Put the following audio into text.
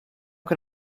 can